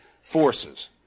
forces